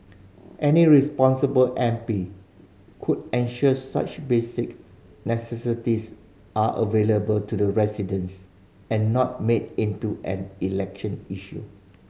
any responsible M P could ensure such basic necessities are available to the residents and not made into an election issue